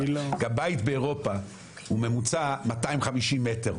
גם בית באירופה הוא ממוצע 250 מטר.